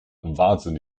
wahnsinn